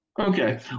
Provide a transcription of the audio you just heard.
Okay